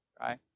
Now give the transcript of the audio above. right